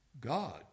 God